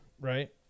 right